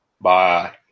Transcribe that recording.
Bye